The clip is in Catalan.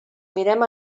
mirem